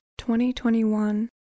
2021